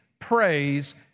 praise